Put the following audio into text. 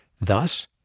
Thus